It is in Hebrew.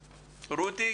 שלום.